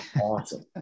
Awesome